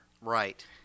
Right